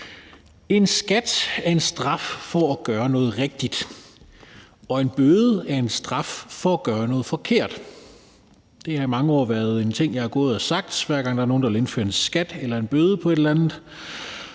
En skat er en straf for at gøre noget rigtigt. En bøde er en straf for at gøre noget forkert. Det har i mange år været en ting, jeg har gået og sagt, hver gang der er nogen, der vil indføre en skat eller en bøde for et eller andet.